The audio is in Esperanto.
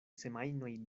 semajnoj